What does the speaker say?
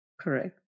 Correct